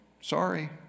sorry